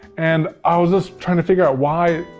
and i was just trying to figure out why.